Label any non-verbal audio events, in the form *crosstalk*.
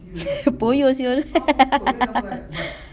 *laughs* poyo [siol] *laughs*